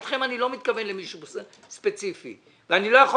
"אתכם" אני לא מתכוון למישהו ספציפי ואני לא יכול